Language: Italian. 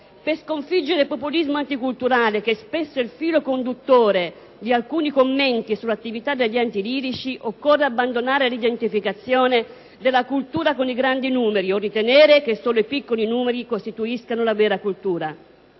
Per sconfiggere il populismo anticulturale, che spesso è il filo conduttore di alcuni commenti sull'attività degli enti lirici, occorre abbandonare l'identificazione della cultura con i grandi numeri o ritenere che solo i piccoli numeri costituiscono la vera cultura.